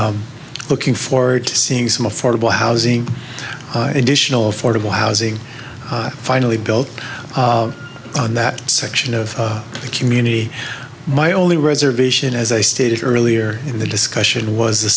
and looking forward to seeing some affordable housing additional affordable housing finally built on that section of the community my only reservation as i stated earlier in the discussion was the